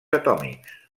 atòmics